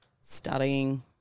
studying